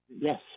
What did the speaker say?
Yes